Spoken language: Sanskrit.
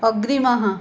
अग्रिमः